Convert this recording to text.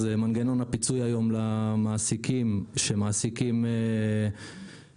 אז מנגנון הפיצוי היום למעסיקים שמעסיקים בעצם